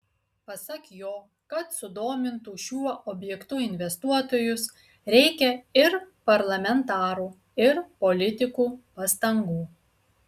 pasak jo kad sudomintų šiuo objektu investuotojus reikia ir parlamentarų ir politikų pastangų